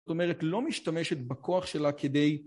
זאת אומרת, לא משתמשת בכוח שלה כדי...